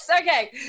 okay